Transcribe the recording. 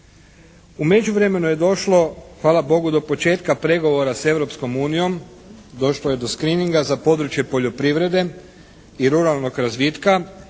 međuvremenu je došlo hvala Bogu do početka pregovora s Europskom unijom, došlo je do screeninga za područje poljoprivrede i ruralnog razvitka